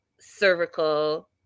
cervical